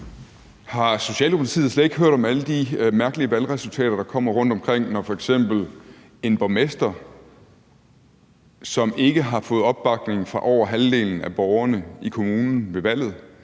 Har Socialdemokratiet slet ikke hørt om alle de mærkelige valgresultater, der kommer rundtomkring, som når f.eks. en borgmester, som ikke har fået opbakning fra over halvdelen af borgerne i kommunen ved valget,